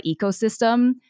ecosystem